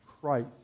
Christ